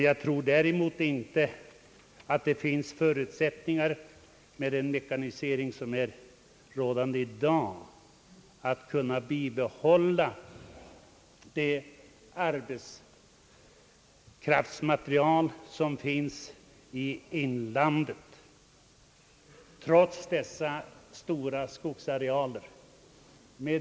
Jag tror däremot inte att det med den mekanisering som i dag är rådande finns förutsättningar för att i inlandet kunna behålla den arbetskraft som där finns, detta trots stora skogsarealer.